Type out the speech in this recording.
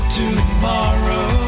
tomorrow